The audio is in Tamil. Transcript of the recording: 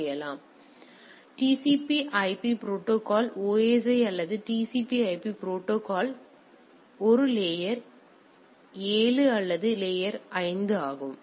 எனவே இல் மேலே இது TCP IP ப்ரோடோகால் OSI அல்லது TCP IP ப்ரோடோகால் இல் ஒரு லேயர் 7 அல்லது லேயர் 5 ஆகும்